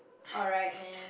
alright man